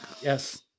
Yes